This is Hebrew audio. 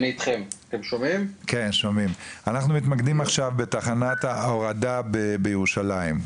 אנחנו מתמקדים עכשיו בתחנת ההורדה בירושלים,